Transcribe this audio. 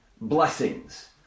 blessings